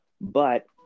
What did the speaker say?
but-